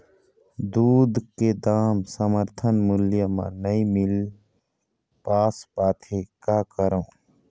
दूध के दाम समर्थन मूल्य म नई मील पास पाथे, का करों?